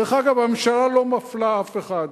דרך אגב, הממשלה לא מפלה אף אחד,